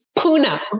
Puna